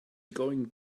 going